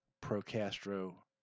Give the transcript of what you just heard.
pro-Castro